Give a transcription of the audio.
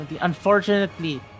Unfortunately